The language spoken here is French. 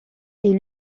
est